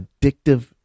addictive